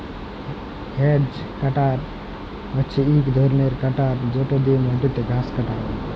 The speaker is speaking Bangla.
হেজ কাটার হছে ইক ধরলের কাটার যেট দিঁয়ে মাটিতে ঘাঁস কাটা হ্যয়